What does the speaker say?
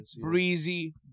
breezy